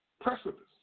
precipice